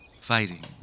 fighting